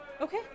Okay